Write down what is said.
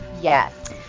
Yes